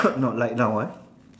not like now ah